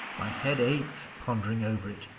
my head aches, pondering over it.